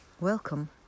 Welcome